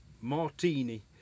martini